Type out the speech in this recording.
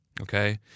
okay